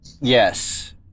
yes